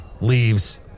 Leaves